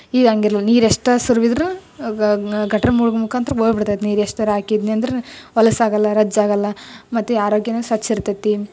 ಈಗ ಹಂಗಿಲ್ಲ ನೀರು ಎಷ್ಟು ಸುರವಿದ್ರು ಗಟ್ರ ಮುಖಾಂತರ ಹೋಯ್ಬಿಡ್ತೈತ್ ನೀರು ಎಷ್ಟಾರು ಹಾಕಿದ್ನೆಂದ್ರ್ ಹೊಲಸು ಆಗಲ್ಲ ರಜ್ಜು ಆಗಲ್ಲ ಮತ್ತು ಆರೋಗ್ಯನು ಸ್ವಚ್ಛ ಇರ್ತೈತೆ